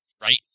right